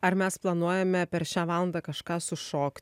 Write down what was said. ar mes planuojame per šią valandą kažką sušokt